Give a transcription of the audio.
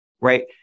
right